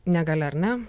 negalia ar ne